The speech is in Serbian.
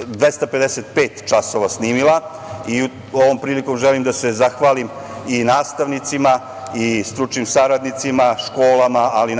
255 časova snimila i ovom prilikom želim da se zahvalim i nastavnicima i stručnim saradnicima, školama, ali